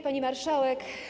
Pani Marszałek!